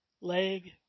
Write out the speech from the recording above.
leg